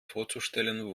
vorzustellen